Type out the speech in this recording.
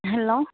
hello